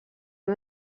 han